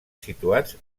situats